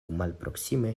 malproksime